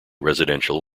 residential